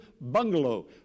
bungalow